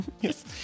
Yes